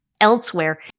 elsewhere